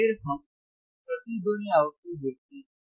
तो फिर हम प्रतिध्वनि आवृत्ति देखते हैं